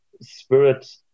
Spirit